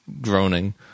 groaning